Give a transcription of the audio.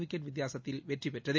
wicket வித்தியாசத்தில் வெற்றி பெற்றது